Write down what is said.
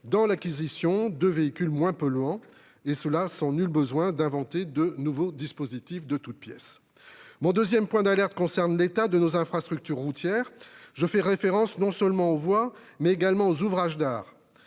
pour l'acquisition de véhicules moins polluants, et cela sans qu'il soit besoin d'inventer de toutes pièces de nouveaux dispositifs. Mon deuxième point d'alerte concerne l'état de nos infrastructures routières. Je pense non seulement aux voies, mais également aux ouvrages d'art.